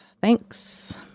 Thanks